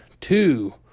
two